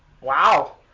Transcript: Wow